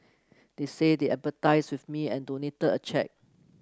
they said they with me and donated a cheque